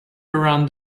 around